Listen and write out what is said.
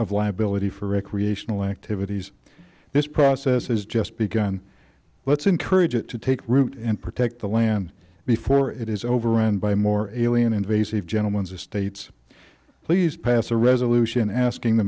of liability for recreational activities this process has just begun let's encourage it to take root and protect the land before it is over and by more alien invasive gentleman's estates please pass a